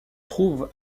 trouve